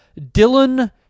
Dylan